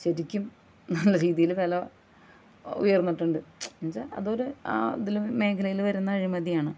ശരിക്കും നല്ല രീതിയിൽ വില ഉയർന്നിട്ടുണ്ട് എന്ന് വച്ചാൽ അതൊരു ആ ഇതിൽ മേഖലയിൽ വരുന്ന അഴിമതിയാണ്